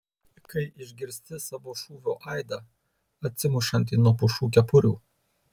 kai išgirsti savo šūvio aidą atsimušantį nuo pušų kepurių